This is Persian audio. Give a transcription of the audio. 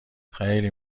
خیلی